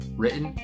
written